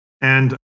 And-